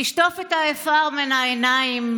"תשטוף את העפר מן העיניים,